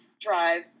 drive